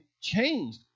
changed